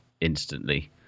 instantly